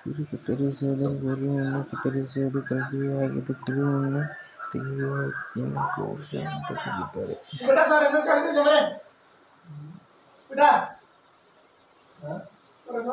ಕುರಿ ಕತ್ತರಿಸುವುದು ಕುರಿ ಉಣ್ಣೆ ಕತ್ತರಿಸುವ ಪ್ರಕ್ರಿಯೆಯಾಗಿದ್ದು ಕುರಿ ಉಣ್ಣೆ ತೆಗೆಯುವ ವ್ಯಕ್ತಿನ ಕ್ಷೌರ ಅಂತ